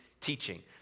teaching